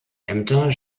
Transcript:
ämter